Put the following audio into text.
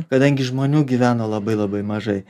kadangi žmonių gyveno labai labai mažai